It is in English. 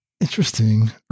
Interesting